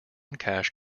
cash